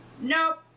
nope